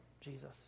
Jesus